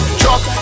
truck